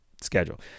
schedule